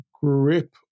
grip